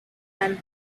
and